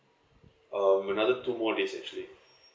um another two more days actually